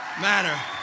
matter